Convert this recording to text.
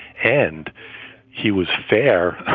and he was fair.